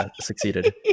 succeeded